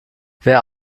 wer